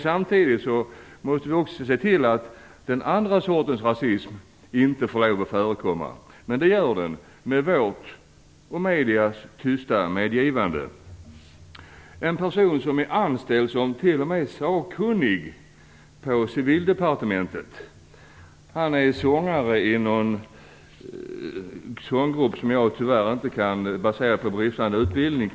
Samtidigt måste vi även se till att den andra sortens rasism inte får förekomma. Men det gör den med vårt och mediernas tysta medgivande. En person som t.o.m. är anställd som sakkunnig på Civildepartementet är sångare i en sånggrupp som jag inte kan uttala namnet på på grund av bristande utbildning.